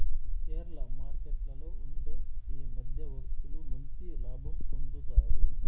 షేర్ల మార్కెట్లలో ఉండే ఈ మధ్యవర్తులు మంచి లాభం పొందుతారు